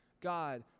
God